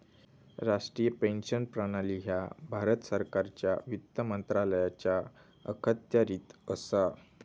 राष्ट्रीय पेन्शन प्रणाली ह्या भारत सरकारच्या वित्त मंत्रालयाच्या अखत्यारीत असा